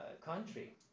country